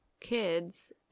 kids